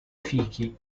fichi